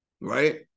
right